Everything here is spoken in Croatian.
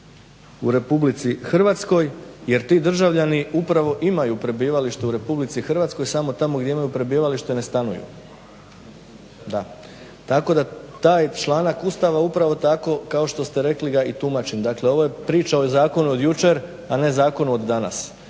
prebivalište u RH jer ti državljani upravo imaju prebivalište u RH, samo tamo gdje imaju prebivalište ne stanuju. Da. Tako da taj članak Ustava upravo tako kao što ste rekli ga i tumačim. Dakle ovo je priča o zakonu od jučer a ne o zakonu od danas.